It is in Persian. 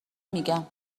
میگم